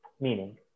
meaning